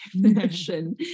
definition